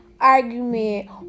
argument